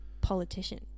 politician